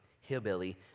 hillbilly